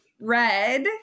red